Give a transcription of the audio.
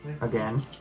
Again